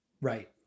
Right